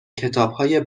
کتابهای